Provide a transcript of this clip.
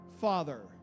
father